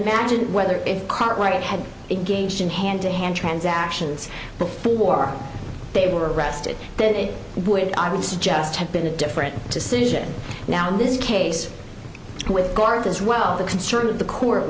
imagined whether it caught what it had engaged in hand to hand transactions before they were arrested that it would i would suggest have been a different decision now in this case with garth as well the concern of the court